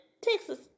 Texas